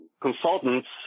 consultants